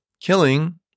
killing